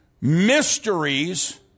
mysteries